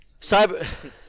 Cyber